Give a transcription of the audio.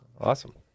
Awesome